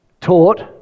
taught